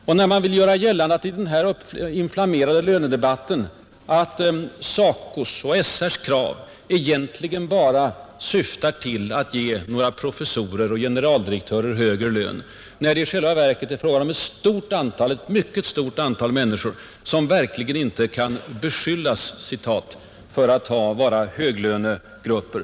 4, När man vill göra gällande i den här inflammerade lönedebatten att SACO:s och SR:s krav egentligen bara syftar till att ge några professorer och generaldirektörer högre löner, då det i själva verket är fråga om ett mycket stort antal människor som verkligen inte kan ”beskyllas” för att vara högavlönade.